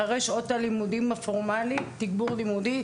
אחרי שעות הלימודים הפורמליות מתקיים תגבור לימודי,